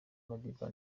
madiba